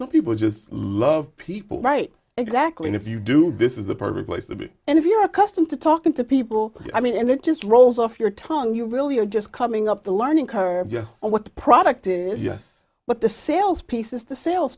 so people just love people right exactly and if you do this is the perfect place to be and if you're accustomed to talking to people i mean and it just rolls off your tongue you really are just coming up the learning curve yes what product is yes but the sales piece is the sales